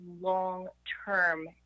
long-term